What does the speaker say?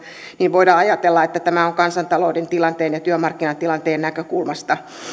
voidaan ajatella että tämä on kansantalouden tilanteen ja työmarkkinatilanteen näkökulmasta